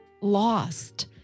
lost